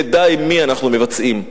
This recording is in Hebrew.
נדע עם מי אנחנו מבצעים.